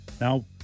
Now